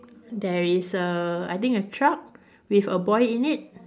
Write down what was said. there is a I think a truck with a boy in it